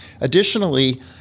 Additionally